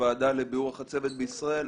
הוועדה לביאור החצבת בישראל,